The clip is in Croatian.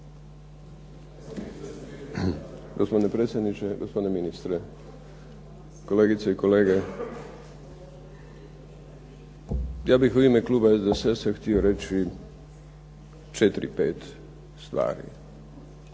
Gospodine predsjedniče, kolegice i kolege. Ja bih u ime Kluba SDSS-a htio reći četiri, pet stvari.